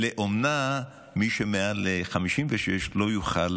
באומנה, מי שמעל 56 לא יוכל